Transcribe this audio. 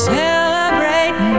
celebrate